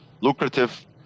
lucrative